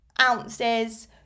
ounces